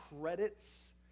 credits